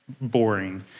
boring